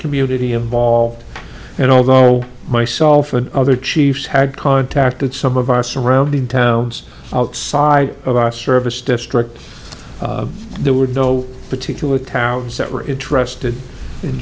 community of ball and although myself and other chiefs had contacted some of our surrounding towns outside of our service district there were no particular towns that were interested in